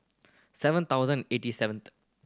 seven thousand eighty seventh